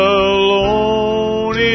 alone